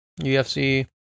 UFC